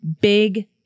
big